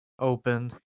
open